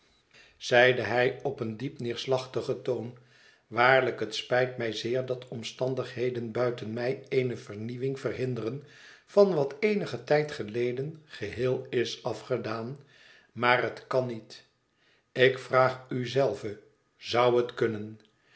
zeide hy op een diep neersiacuiigen toon waarlijk hel spijt mij zeer dat omstandigheden buiten mij eene vernieuwing verhinderen van wat eenigen tijd geleden geheel is afgedaan maar het kan niet ik vraag u zelve zou het kunnen